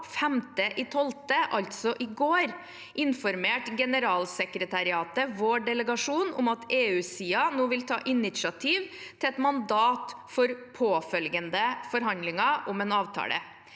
altså i går, informerte generalsekretariatet vår delegasjon om at EU-siden nå vil ta initiativ til et mandat for påfølgende forhandlinger om en avtale.